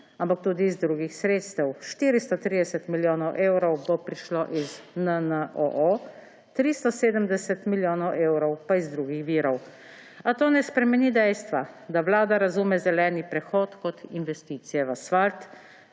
ampak tudi iz drugih sredstev, 430 milijonov evrov bo prišlo iz NNOO, 370 milijonov evrov pa iz drugih virov. A to ne spremeni dejstva, da Vlada razume zeleni prehod kot investicije v asfalt,